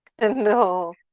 no